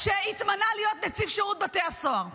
שהתמנה להיות נציב שירות בתי הסוהר.